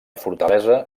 fortalesa